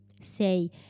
say